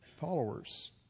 followers